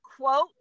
quote